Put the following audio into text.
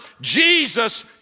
Jesus